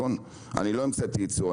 אני לא המצאתי את הייצור,